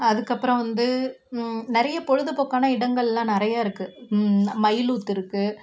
அதுக்கப்புறம் வந்து நிறைய பொழுதுபோக்கான இடங்கள்லாம் நிறைய இருக்குது மயிலுத்து இருக்குது